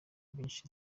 byinshi